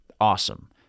awesome